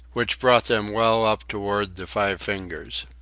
which brought them well up toward the five fingers.